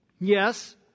Yes